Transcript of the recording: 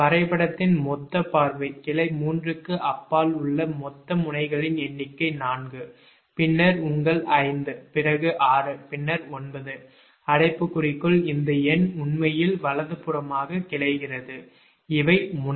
வரைபடத்தின் மொத்தப் பார்வை கிளை 3 க்கு அப்பால் உள்ள மொத்த முனைகளின் எண்ணிக்கை 4 பின்னர் உங்கள் 5 பிறகு 6 பின்னர் 9 அடைப்புக்குறிக்குள் இந்த எண் உண்மையில் வலதுபுறமாக கிளைகிறது இவை முனை